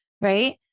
right